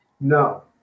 No